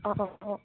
অঁ অঁ